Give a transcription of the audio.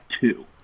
two